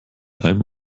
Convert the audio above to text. einem